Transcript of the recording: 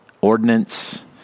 ordinance